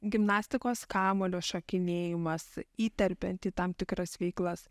gimnastikos kamuolio šokinėjimas įterpiant į tam tikras veiklas